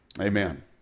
Amen